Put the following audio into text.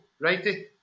righty